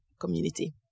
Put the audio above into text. community